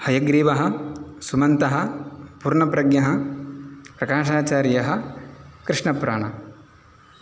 हयग्रीवः सुमन्तः पूर्णप्रज्ञः प्रकाशाचार्यः कृष्णप्राण